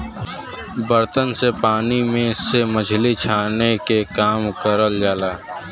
बर्तन से पानी में से मछरी छाने के काम करल जाला